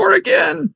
again